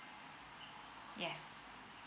yes